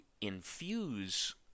infuse